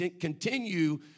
continue